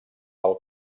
pel